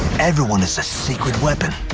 everyone is a secret weapon.